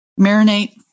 Marinate